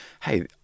hey